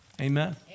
amen